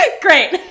Great